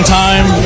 time